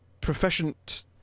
Proficient